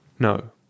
No